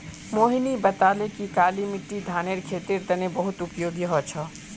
मोहिनी बताले कि काली मिट्टी धानेर खेतीर तने बहुत उपयोगी ह छ